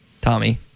Tommy